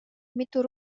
mitu